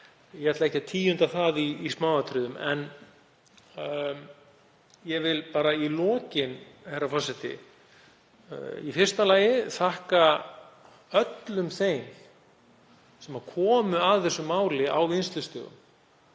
ég ætla ekki að tíunda það í smáatriðum. En ég vil í lokin, herra forseti, í fyrsta lagi þakka öllum þeim sem komu að þessu máli á vinnslustigunum,